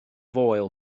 foel